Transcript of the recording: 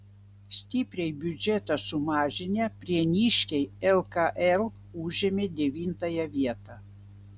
stipriai biudžetą sumažinę prieniškiai lkl užėmė devintąją vietą